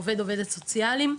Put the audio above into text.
עובד/ת סוציאליים,